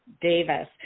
Davis